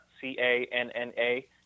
C-A-N-N-A